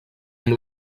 amb